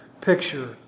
picture